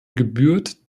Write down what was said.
gebührt